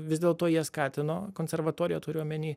vis dėlto jie skatino konservatoriją turiu omeny